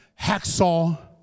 Hacksaw